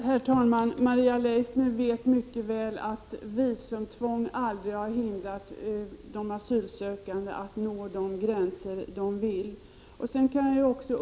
Herr talman! Maria Leissner vet mycket väl att visumtvång aldrig har hindrat de asylsökande att nå de gränser de vill nå.